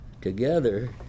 together